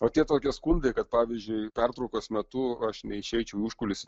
o tie tokie skundai kad pavyzdžiui pertraukos metu aš neišeičiau į užkulisius